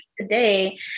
today